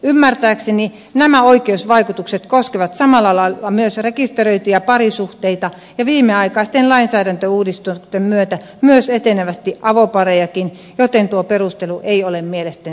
ymmärtääkseni nämä oikeusvaikutukset koskevat samalla lailla myös rekisteröityjä parisuhteita ja viimeaikaisten lainsäädäntöuudistusten myötä myös etenevästi avoparejakin joten tuo perustelu ei ole mielestäni riittävä